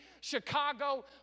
Chicago